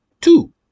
two